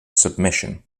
submission